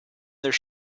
their